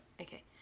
Okay